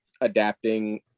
adapting